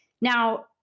Now